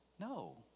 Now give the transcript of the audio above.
No